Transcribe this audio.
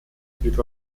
blieb